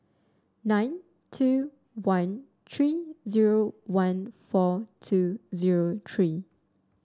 nine two one three zero one four two zero three